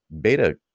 beta